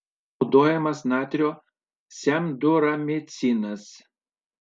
kam naudojamas natrio semduramicinas